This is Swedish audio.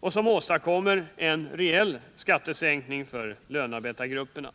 och som åstadkommer en reell skattesänkning för lönarbetargrupperna.